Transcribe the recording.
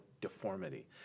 deformity